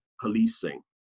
policing